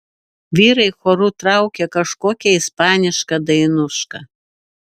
vyrai choru traukė kažkokią ispanišką dainušką